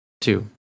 Two